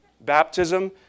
baptism